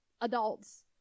adults